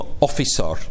officer